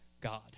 God